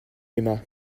aimas